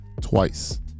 twice